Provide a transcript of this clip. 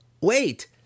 Wait